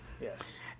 Yes